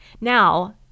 Now